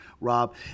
Rob